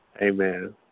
Amen